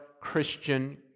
Christian